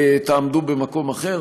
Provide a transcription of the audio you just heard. תעמדו במקום אחר.